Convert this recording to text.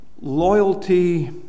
loyalty